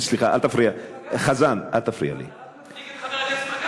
אבל אתה רק מחזק את חבר הכנסת מגל.